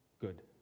good